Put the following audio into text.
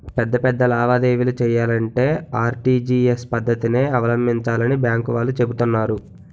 పెద్ద పెద్ద లావాదేవీలు చెయ్యాలంటే ఆర్.టి.జి.ఎస్ పద్దతినే అవలంబించాలని బాంకు వాళ్ళు చెబుతున్నారు